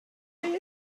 beth